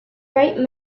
bright